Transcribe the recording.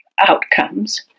outcomes